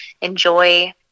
enjoy